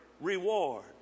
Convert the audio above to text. reward